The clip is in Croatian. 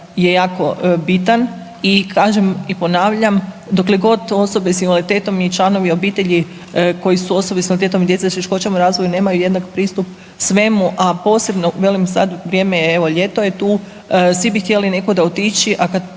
je jako bitan i kažem i ponavljam, dokle god osobe s invaliditetom i članovi obitelji koji su osobe s invaliditetom i djeca s teškoćama u razvoju nemaju jednak pristup svemu, a posebno velim, sad u vrijeme, evo, ljeto je tu, svi bi htjeli nekuda otići, a kad